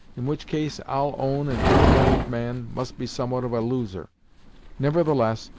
in which case i'll own an unl'arned man must be somewhat of a loser nevertheless,